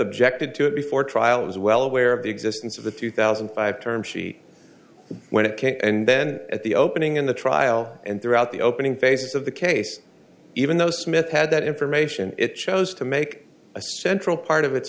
objected to it before trial it was well aware of the existence of the two thousand and five term she when it came and then at the opening in the trial and throughout the opening phases of the case even though smith had that information it chose to make a central part of it